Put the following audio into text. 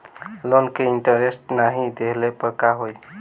Loan के interest नाही देहले पर का होई?